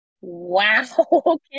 Wow